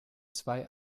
zwei